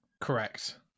Correct